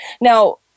now